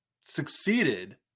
succeeded